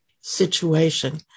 situation